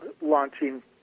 launching